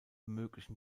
möglichen